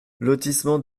lotissement